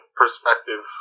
perspective